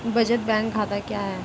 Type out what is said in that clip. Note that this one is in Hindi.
बचत बैंक खाता क्या है?